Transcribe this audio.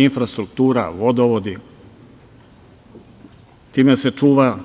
Infrastruktura, vodovodi, time se čuva